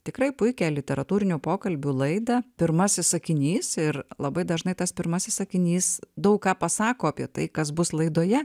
tikrai puikią literatūrinių pokalbių laidą pirmasis sakinys ir labai dažnai tas pirmasis sakinys daug ką pasako apie tai kas bus laidoje